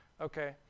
okay